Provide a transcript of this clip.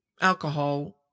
alcohol